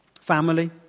family